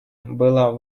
было